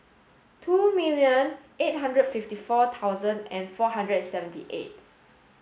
two million eight hundred and fifty four thousand and four hundred and seventy eight